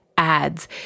ads